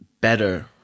better